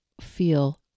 feel